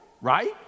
right